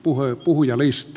arvoisa puhemies